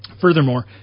Furthermore